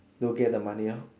no get the money orh